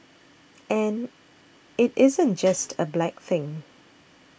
and it isn't just a black thing